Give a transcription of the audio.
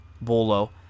Bolo